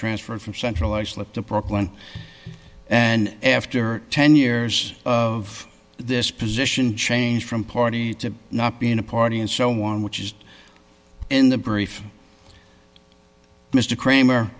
transferred from central islip to prop one and after ten years of this position change from party to not being a party and so on which is in the brief mr kramer